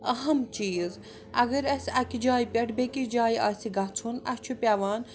أہم چیٖز اگر اَسہِ اَکہِ جایہِ پٮ۪ٹھ بیٚیِس جایہِ آسہِ گَژھُن اَسہِ چھُ پٮ۪وان